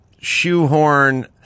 shoehorn